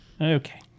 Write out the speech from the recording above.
okay